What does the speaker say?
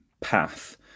path